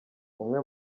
umwe